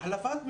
החלפת מנהלים,